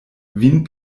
vin